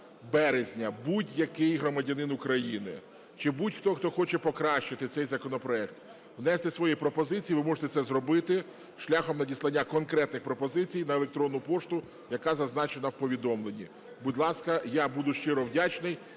березня будь-який громадянин України чи будь-хто, хто хоче покращити цей законопроект, внести свої пропозиції, ви можете це зробити шляхом надіслання конкретних пропозицій на електронну пошту, яка зазначена в повідомленні. Будь ласка, я буду щиро вдячний,